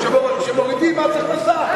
שמורידים מס הכנסה.